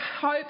hope